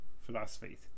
philosophy